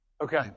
Okay